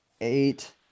eight